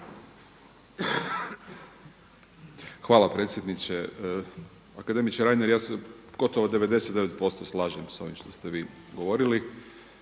Hvala predsjedniče. Akademiče Reiner, ja se gotovo 99% slažem sa ovim što ste vi govorili.